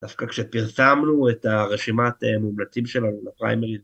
דווקא כשפרסמנו את הרשימת מומלצים שלנו לפריימריז